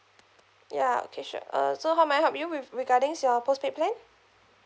ya okay sure uh so how may I help you with regarding your postpaid plan